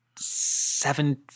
seven